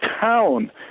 town